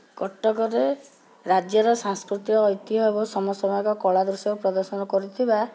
କଟକରେ ରାଜ୍ୟର ସାଂସ୍କୃତିକ ଐତିହ୍ୟ ଏବଂ ସମସମାଗ କଳା ଦର୍ଶକ ପ୍ରଦର୍ଶନ କରୁଥିବା